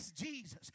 Jesus